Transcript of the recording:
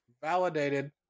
Validated